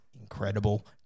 incredible